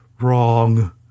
wrong